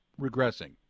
regressing